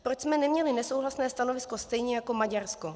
Proč jsme neměli nesouhlasné stanovisko stejně jako Maďarsko?